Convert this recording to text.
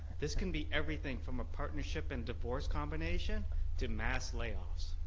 this can be everything from a partnership and divorce combination to mass layoffs.